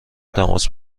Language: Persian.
تماس